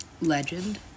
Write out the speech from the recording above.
legend